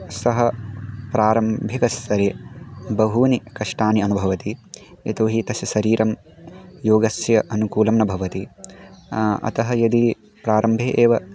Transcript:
सः प्रारम्भिकस्तरे बहु कष्टम् अनुभवति यतो हि तस्य शरीरं योगाय अनुकूलं न भवति अतः यदि प्रारम्भे एव